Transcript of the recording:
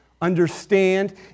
understand